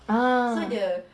ah